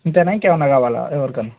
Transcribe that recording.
ఇంతేనా ఇంకేమన్నా కావాలా ఎవరికన్నా